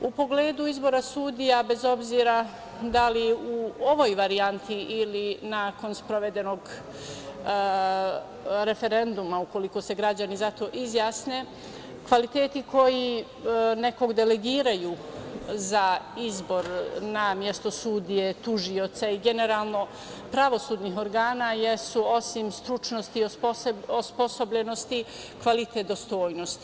U pogledu izbora sudija, bez obzira da li u ovoj varijanti ili nakon sprovedenog referenduma, ukoliko se građani za to izjasne, kvaliteti koji nekog delegiraju za izbor na mesto sudije, tužioca i generalno pravosudnih organa jesu, osim stručnosti i osposobljenosti, kvalitet dostojnosti.